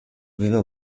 aveva